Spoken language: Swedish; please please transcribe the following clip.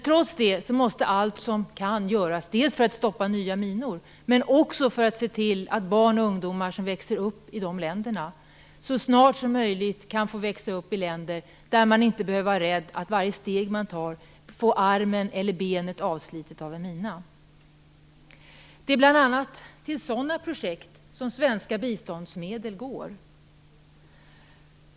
Trots det måste man göra allt för att stoppa nya minor och för att se till att barn och ungdomar som växer upp i dessa länder så snart som möjligt kan få växa upp i länder där man inte, varje steg man tar, behöver vara rädd för att få armen eller benet avslitet av en mina. Det är bl.a. till sådana projekt svenska biståndsmedel går.